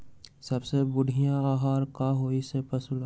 सबसे बढ़िया आहार का होई पशु ला?